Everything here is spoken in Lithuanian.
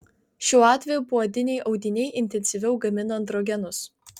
šiuo atveju poodiniai audiniai intensyviau gamina androgenus